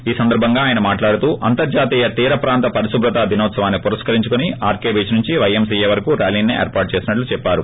ఈ సందర్భంగా ఆయన మాట్లాడుతూ అంతర్జాతీయ తీరప్రాంత పరిశుభ్రత దినోత్సవాన్ని పురస్కరించుకుని ఆర్కె బీచ్ నుంచి పైఎంసిఏ వరకు ర్యాలీని ఏర్పాటు చేసినట్లు చెప్పారు